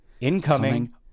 Incoming